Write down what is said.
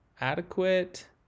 adequate